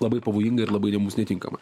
labai pavojinga ir labai mums netinkama